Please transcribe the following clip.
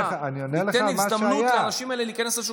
ניתן הזדמנות לאנשים האלה להיכנס לשוק,